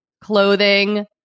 clothing